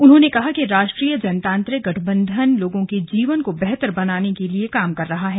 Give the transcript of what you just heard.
उन्होंने कहा कि राष्ट्रीय जनतांत्रिक गठबंधन लोगों के जीवन को बेहतर बनाने के लिए काम कर रहा है